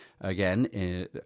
again